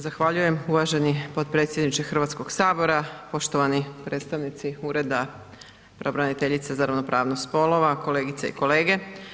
Zahvaljujem uvaženi potpredsjedniče Hrvatskog sabora, poštovani predstavnici Ureda pravobraniteljice za ravnopravnost spolova, kolegice i kolege.